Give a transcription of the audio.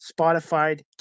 Spotify